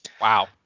Wow